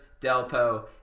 Delpo